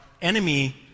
enemy